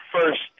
first